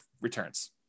returns